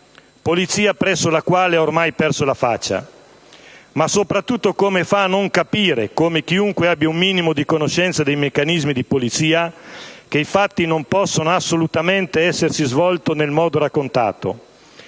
Polizia, presso la quale ormai ha perso la faccia? Ma soprattutto, come fa a non capire, come chiunque abbia un minimo di conoscenza dei meccanismi di polizia, che i fatti non possono assolutamente essersi svolti nel modo raccontato?